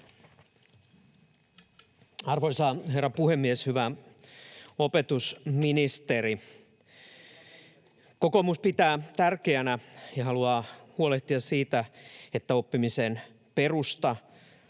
Arvoisa herra puhemies! Hyvä opetusministeri! Kokoomus pitää tärkeänä ja haluaa huolehtia siitä, että oppimisen perusta